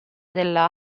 della